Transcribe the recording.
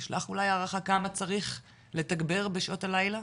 יש לך אולי הערכה כמה צריך לתגבר בשעות הלילה?